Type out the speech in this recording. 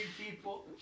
people